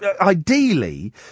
ideally